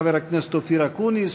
חבר הכנסת אופיר אקוניס,